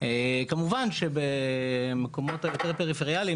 כמובן שבמקומות יותר פריפריאליים,